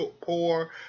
poor